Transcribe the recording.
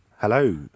Hello